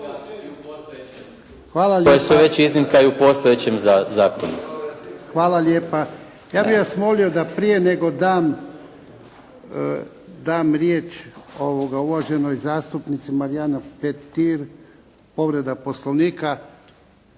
koje su već iznimka i u postojećem zakonu. **Jarnjak, Ivan (HDZ)** Ja bih vas molio da prije nego dam riječ uvaženoj zastupnici Marijani Petir, povreda Poslovnika.